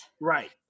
Right